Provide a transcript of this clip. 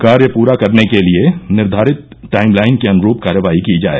कार्य पूरा करने के लिये निर्धारित टाइमलाइन के अनुरूप कार्यवाही की जाय